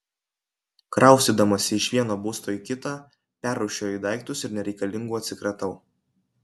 kraustydamasi iš vieno būsto į kitą perrūšiuoju daiktus ir nereikalingų atsikratau